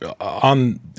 on –